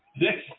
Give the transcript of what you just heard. six